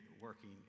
working